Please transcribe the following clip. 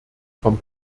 vom